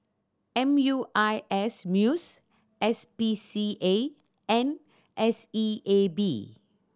M U I S Muiss P C A and S E A B